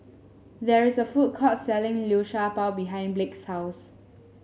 there is a food court selling Liu Sha Bao behind Blake's house